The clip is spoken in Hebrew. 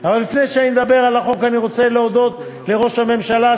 אבל לפני שאני אדבר על החוק אני רוצה להודות לראש הממשלה,